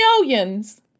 millions